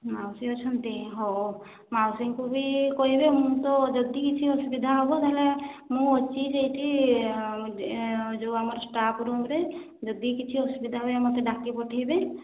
ମାଉସୀ ଅଛନ୍ତି ହଉ ମାଉସୀଙ୍କୁ ବି କହିବେ ମୁଁ ତ ଯଦି କିଛି ଅସୁବିଧା ହେବ ତାହେଲେ ମୁଁ ଅଛି ସେଇଠି ଯେଉଁ ଆମର ଷ୍ଟାଫ ରୁମରେ ଯଦି କିଛି ଅସୁବିଧା ହୁଏ ମୋତେ ଡାକି ପଠାଇବେ